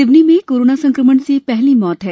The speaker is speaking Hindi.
सिवनी में कोरोना संक्रमण से यह पहली मौत है